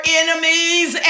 enemies